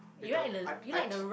later I I